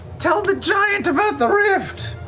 tell the giant about the rift!